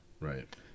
Right